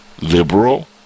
liberal